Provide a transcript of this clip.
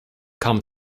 come